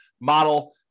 model